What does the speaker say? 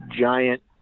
giant